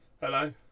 Hello